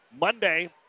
Monday